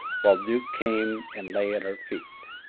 while duke came and lay at her feet.